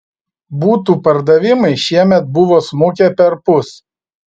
butų pardavimai šiemet buvo smukę perpus